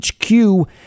HQ